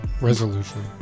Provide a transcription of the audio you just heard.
Resolution